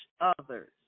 others